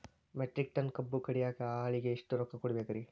Metric tonne ಕಬ್ಬು ಕಡಿಯಾಕ ಆಳಿಗೆ ಎಷ್ಟ ರೊಕ್ಕ ಕೊಡಬೇಕ್ರೇ?